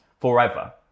forever